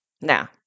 Now